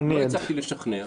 אבל לא הצלחתי לשכנע.